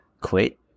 quit